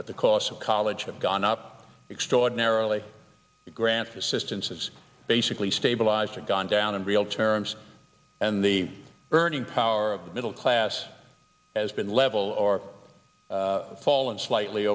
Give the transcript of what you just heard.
that the costs of college have gone up extraordinarily granted assistance has basically stabilized and gone down in real terms and the earning power of the middle class has been level or fall in slightly